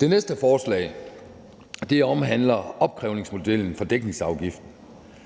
Det næste forslag omhandler opkrævningsmodellen for dækningsafgiften.